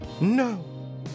No